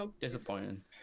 Disappointing